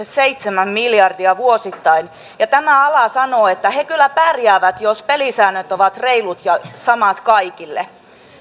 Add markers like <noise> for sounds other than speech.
<unintelligible> seitsemän miljardia vuosittain ja tämä ala sanoo että he kyllä pärjäävät jos pelisäännöt ovat reilut ja samat kaikille